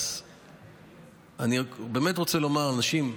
אז באמת אני רוצה לומר: אנשים,